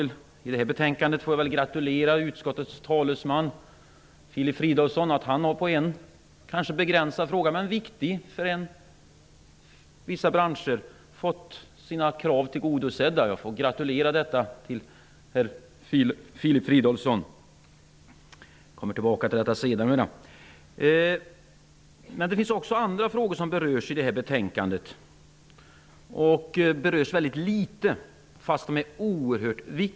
I detta betänkande får jag väl gratulera utskottets talesman Filip Fridolfsson till att han på en kanske begränsad men för vissa branscher viktig fråga fått sina krav tillgodosedda. Jag får gratulera Filip Fridolfsson till detta. Jag skall sedermera återkomma till detta. Men det finns också andra frågor som berörs i betänkandet. De berörs väldigt litet trots att de är oerhört viktiga.